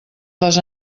les